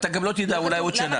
אתה גם לא תדע אולי עוד שנה.